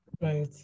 Right